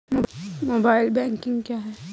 Mobile banking क्या है?